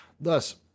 Thus